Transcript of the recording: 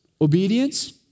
obedience